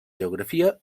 geografia